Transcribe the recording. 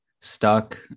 stuck